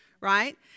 right